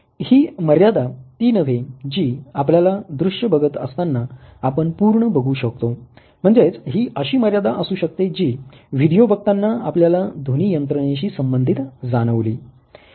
हि मर्यादा ती नव्हे जी आपल्याला दृश्य बघत असताना आपण पूर्ण बघू शकतो म्हणजेच हि अशी मर्यादा असू शकते जी व्हिडीओ बघताना आपल्याला ध्वनी यंत्रणेशी संबंधित जाणवली